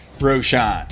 Roshan